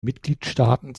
mitgliedstaaten